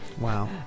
Wow